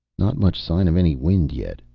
not much sign of any wind yet,